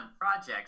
projects